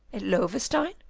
at loewestein,